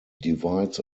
divides